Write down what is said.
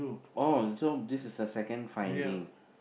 oh so this is a second finding